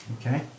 Okay